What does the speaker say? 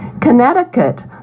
Connecticut